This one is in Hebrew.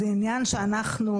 זה עניין שאנחנו,